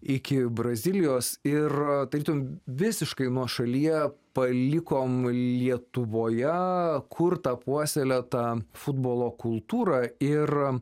iki brazilijos ir tarytum visiškai nuošalyje palikome lietuvoje kurtą puoselėtą futbolo kultūrą ir